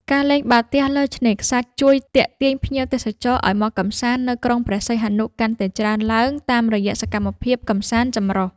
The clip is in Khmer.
ការលេងបាល់ទះលើឆ្នេរខ្សាច់ជួយទាក់ទាញភ្ញៀវទេសចរឱ្យមកកម្សាន្តនៅក្រុងព្រះសីហនុកាន់តែច្រើនឡើងតាមរយៈសកម្មភាពកម្សាន្តចម្រុះ។